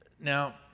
now